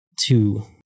two